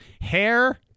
Hair